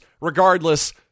Regardless